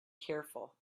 careful